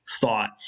thought